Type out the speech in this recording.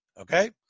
Okay